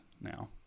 now